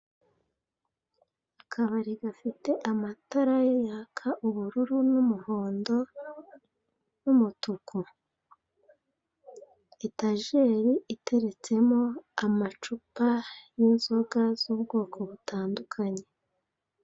Akabari gafite amatara yaka ubururu n'umuhondo, n'umutuku. Etajeri iteretsemo amacupa y'inzoga z'ubwoko butandukanye.